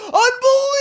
unbelievable